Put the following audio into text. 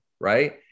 right